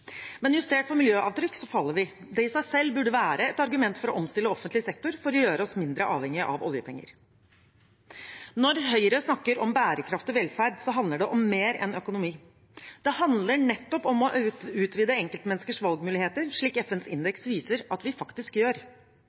Men justert for miljøavtrykk faller vi. Det i seg selv burde være et argument for å omstille offentlig sektor for å gjøre oss mindre avhengige av oljepenger. Når Høyre snakker om bærekraftig velferd, handler det om mer enn økonomi. Det handler nettopp om å utvide enkeltmenneskers valgmuligheter, slik FNs indeks viser at vi faktisk gjør